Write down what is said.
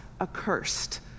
accursed